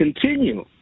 continue